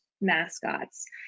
mascots